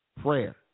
prayer